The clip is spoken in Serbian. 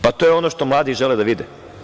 Pa, to je ono što mladi žele da vide.